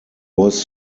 was